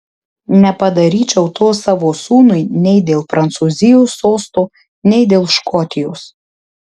nepadaryčiau to savo sūnui nei dėl prancūzijos sosto nei dėl škotijos